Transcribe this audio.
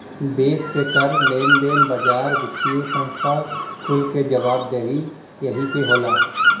देस के कर, लेन देन, बाजार, वित्तिय संस्था कुल क जवाबदेही यही क होला